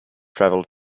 traveled